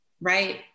right